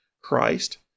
Christ